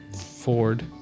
Ford